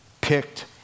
picked